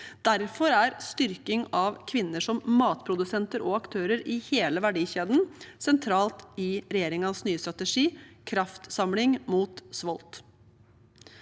Derfor er styrking av kvinner som matprodusenter og aktører i hele verdikjeden sentralt i regjeringens nye strategi «Kraftsamling mot svolt».